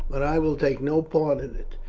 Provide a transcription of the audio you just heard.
but i will take no part in it.